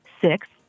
Six